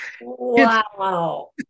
Wow